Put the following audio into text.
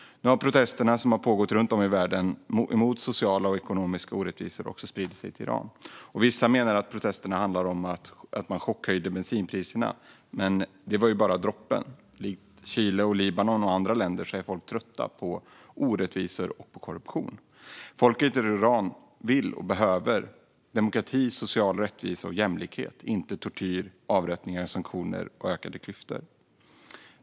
Nu har protesterna mot sociala och ekonomiska orättvisor som pågår runt om i världen också spridit sig till Iran. Vissa menar att protesterna handlar om att man chockhöjde bensinpriserna, men det var ju bara droppen. I Chile, Libanon och andra länder är folk trötta på orättvisor och korruption, och även folket i Iran vill ha och behöver demokrati, social rättvisa och jämlikhet - inte tortyr, avrättning, sanktioner och ökade klyftor.